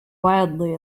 wildly